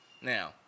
Now